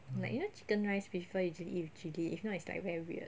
like you know chicken rice people usually eat with chilli if not it's like very weird